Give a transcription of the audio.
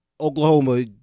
Oklahoma